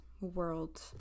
world